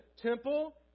temple